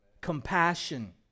Compassion